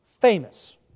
famous